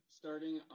starting